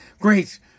great